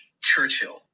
Churchill